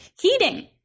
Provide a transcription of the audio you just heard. heating